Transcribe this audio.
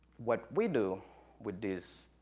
what we do with this,